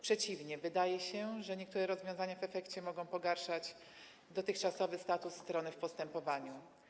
Przeciwnie, wydaje się, że niektóre rozwiązania w efekcie mogą pogarszać dotychczasowy status strony w postępowaniu.